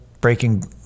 Breaking